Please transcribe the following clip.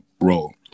role